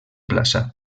plaça